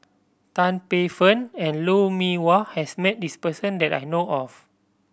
Tan Paey Fern and Lou Mee Wah has met this person that I know of